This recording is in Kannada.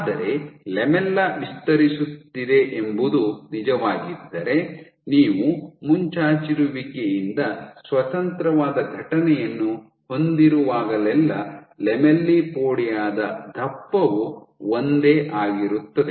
ಆದರೆ ಲ್ಯಾಮೆಲ್ಲಾ ವಿಸ್ತರಿಸುತ್ತಿದೆ ಎಂಬುದು ನಿಜವಾಗಿದ್ದರೆ ನೀವು ಮುಂಚಾಚಿರುವಿಕೆಯಿಂದ ಸ್ವತಂತ್ರವಾದ ಘಟನೆಯನ್ನು ಹೊಂದಿರುವಾಗಲೆಲ್ಲಾ ಲ್ಯಾಮೆಲ್ಲಿಪೋಡಿಯಾ ದ ದಪ್ಪವು ಒಂದೇ ಆಗಿರುತ್ತದೆ